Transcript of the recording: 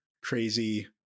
crazy